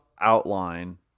outline